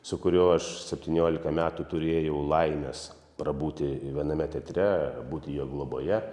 su kuriuo aš septynioliką metų turėjau laimės prabūti viename teatre būti jo globoje